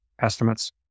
estimates